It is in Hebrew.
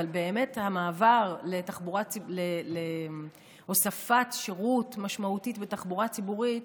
אבל באמת המעבר להוספת שירות משמעותית בתחבורה ציבורית